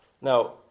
Now